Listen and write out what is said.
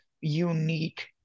unique